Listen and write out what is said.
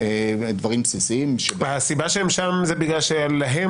דברים בסיסיים --- הסיבה שהם שם זה בגלל שלהם